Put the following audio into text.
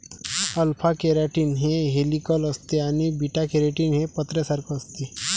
alpha keratin हे helical असते आणि बीटा केराटीन हे पत्र्यासारखे असते